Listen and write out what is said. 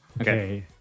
Okay